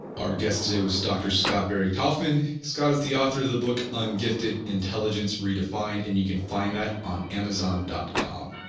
our guest today was doctor scott barry kaufman. scott is the author of the book ungifted intelligence redefined and you can find that on amazon dot com